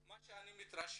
ממה שאני מתרשם,